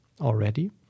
already